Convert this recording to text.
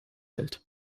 hält